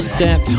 Step